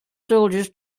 soldiers